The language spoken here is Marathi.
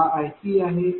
हा iCआहे